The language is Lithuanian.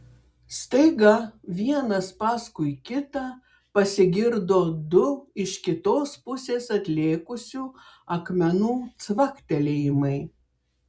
staiga vienas paskui kitą pasigirdo du iš kitos pusės atlėkusių akmenų cvaktelėjimai